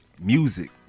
music